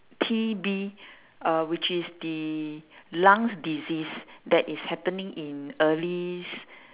T_B uh which is the lungs disease that is happening in early s~